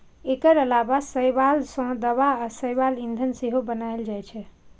एकर अलावा शैवाल सं दवा आ शैवाल ईंधन सेहो बनाएल जाइ छै